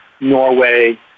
Norway